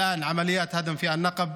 עכשיו פעולות ההריסה בנגב,